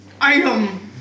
item